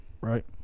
right